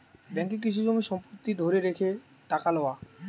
ব্যাঙ্ককে কিছু জমি সম্পত্তি ধরে রেখে টাকা লওয়া